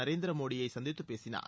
நரேந்திர மோடியை சந்தித்தப் பேசினார்